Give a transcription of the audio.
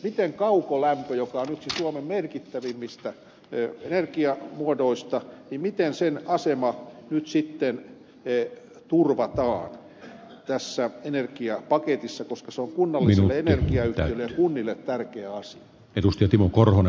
miten kaukolämmön joka on yksi suomen merkittävimmistä energiamuodoista asema nyt sitten turvataan tässä energiapaketissa koska se on kunnallisille energiayhtiöille ja kunnille tärkeä asia